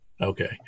Okay